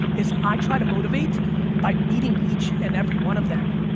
is i try to motivate by meeting each and every one of them.